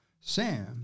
Sam